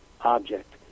object